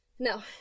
No